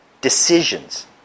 decisions